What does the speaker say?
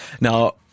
Now